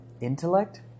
Intellect